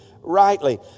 rightly